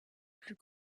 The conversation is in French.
plus